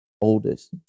Oldest